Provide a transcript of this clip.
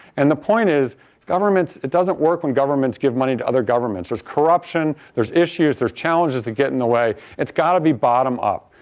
and the point is governments it doesn't work when governments give money to other governments. there's corruption, there is issues, there are challenges to get in the way, it's got to be bottom up.